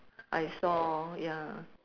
I saw ya